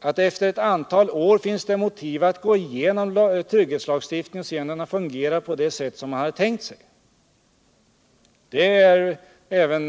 att det efter ett antal år finns motiv för att gå igenom trygghetslagstiftningen och se om den har fungerat på det sätt som man tänkt sig. Även